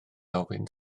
ofyn